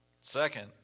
Second